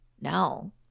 No